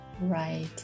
Right